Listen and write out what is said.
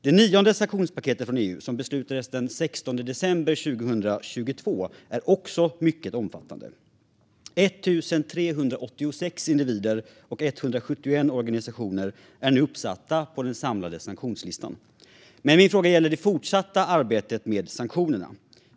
Det nionde sanktionspaketet från EU, som beslutades den 16 december 2022, är också mycket omfattande. Nu är 1 386 individer och 171 organisationer uppsatta på den samlade sanktionslistan. Min fråga gäller det fortsatta arbetet med sanktionerna.